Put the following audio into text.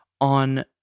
on